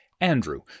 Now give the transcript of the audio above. Andrew